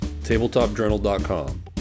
Tabletopjournal.com